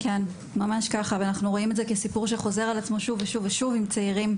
אנחנו רואים את זה כסיפור שחוזר על עצמו שוב ושוב ושוב עם צעירים.